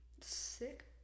Sick